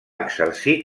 exercir